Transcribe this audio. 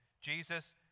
Jesus